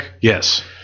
yes